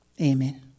Amen